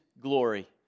glory